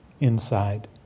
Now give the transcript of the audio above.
inside